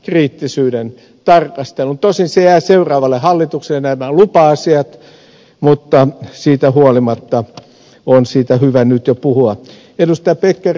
tosin nämä lupa asiat jäävät seuraavalle hallitukselle mutta siitä huolimatta niistä on hyvä puhua jo nyt